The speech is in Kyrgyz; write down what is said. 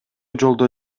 жолдо